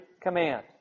command